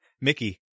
Mickey